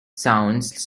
sounds